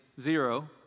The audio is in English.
zero